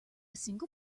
single